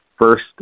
first